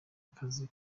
kazi